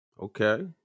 okay